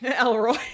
Elroy